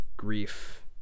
grief